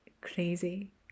crazy